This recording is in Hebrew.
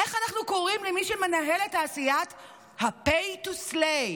איך אנחנו קוראים למי שמנהל את תעשיית ה-pay to slay,